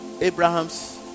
Abraham's